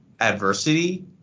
adversity